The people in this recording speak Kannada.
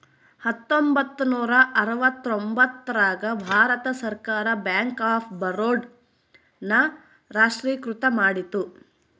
ಹತ್ತೊಂಬತ್ತ ನೂರ ಅರವತ್ತರ್ತೊಂಬತ್ತ್ ರಾಗ ಭಾರತ ಸರ್ಕಾರ ಬ್ಯಾಂಕ್ ಆಫ್ ಬರೋಡ ನ ರಾಷ್ಟ್ರೀಕೃತ ಮಾಡಿತು